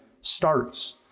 starts